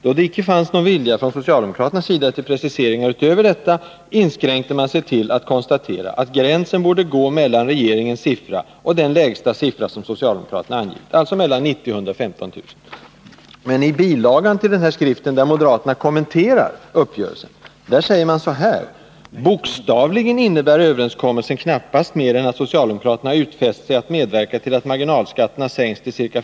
Då det icke fanns någon vilja från socialdemokraternas sida till preciseringar utöver detta, inskränkte man sig till att konstatera att gränsen borde gå mellan regeringens siffra och den lägsta siffra som socialdemokraterna angivit.” Gränsen skulle alltså gå mellan 90 000 och 115 000 kr. Men i bil. 1 till skriften, där moderaterna kommenterar uppgörelsen, sägs så här: ”Bokstavligen innebär överenskommelsen knappast mer än att socialdemokraterna utfäst sig att medverka till att marginalskatten sänks till ca.